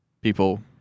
People